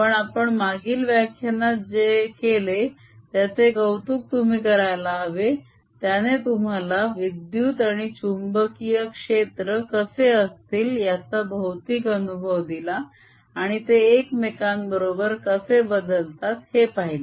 पण आपण मागील व्याख्यानात जे केले त्याचे कौतुक तुम्ही करायला हवे त्याने तुम्हाला विद्युत आणि चुंबकीय क्षेत्र कसे असतील याचा भौतिक अनुभव दिला आणि ते एकमेकांबरोबर कसे बदलतात हे पाहिले